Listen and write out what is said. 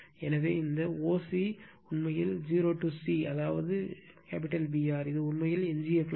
எனவே இந்த o c உண்மையில் o to c அதாவது Br இது உண்மையில் எஞ்சிய ஃப்ளக்ஸ்